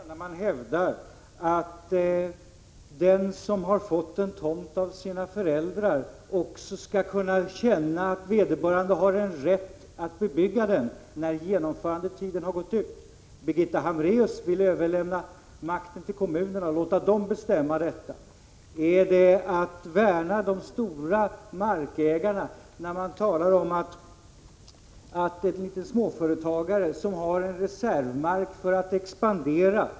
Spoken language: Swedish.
Fru talman! Är det är värna om de stora markägarna när man hävdar att den som har fått en tomt av sina föräldrar också skall kunna känna att han har rätt att bebygga den när genomförandetiden har gått ut? Birgitta Hambraeus vill överlämna makten till kommunerna och låta dem bestämma detta. Är det att värna om de stora markägarna när man talar om en småföretagare som har en reservmark för att expandera?